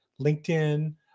LinkedIn